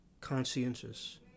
conscientious